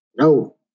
no